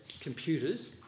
computers